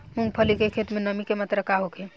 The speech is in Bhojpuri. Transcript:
मूँगफली के खेत में नमी के मात्रा का होखे?